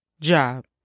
job